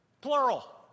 Plural